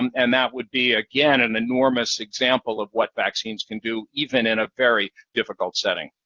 and that would be, again, an enormous example of what vaccines can do, even in a very difficult setting.